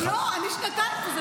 -- לא, אני שנתיים פה.